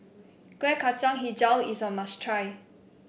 Kueh Kacang hijau is a must try